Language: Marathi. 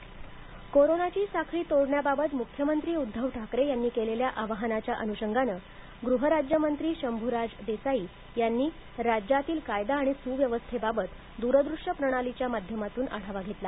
शंभराज देसाई कोरोनाची साखळी तोडण्याबाबत मुख्यमंत्री उद्दव ठाकरे यांनी केलेल्या आवाहनाच्या अनुषंगाने गृह राज्यमंत्री शंभूराज देसाई यांनी राज्यातील कायदा आणि सुव्यवस्थेबाबत दूरदृश्य प्रणालीच्या माध्यमातून आढावा घेतला